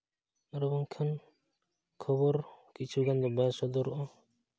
ᱟᱨ ᱵᱟᱝᱠᱷᱟᱱ ᱠᱷᱚᱵᱚᱨ ᱠᱤᱪᱷᱩ ᱜᱟᱱ ᱫᱚ ᱵᱟᱭ ᱥᱚᱫᱚᱨᱚᱜᱼᱟ